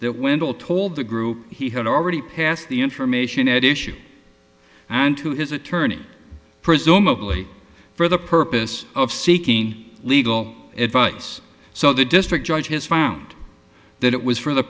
that wendell told the group he had already passed the information at issue and to his attorney presumably for the purpose of seeking legal advice so the district judge has found that it was for the